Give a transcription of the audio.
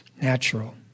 natural